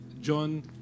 John